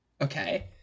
okay